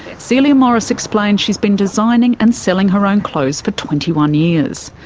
celia morris explains she's been designing and selling her own clothes for twenty one years.